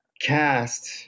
cast